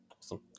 Awesome